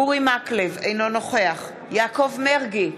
אינו נוכח יעקב מרגי,